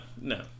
no